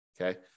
Okay